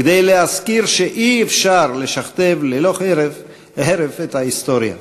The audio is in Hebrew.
כדי להזכיר שאי-אפשר לשכתב ללא הרף את ההיסטוריה.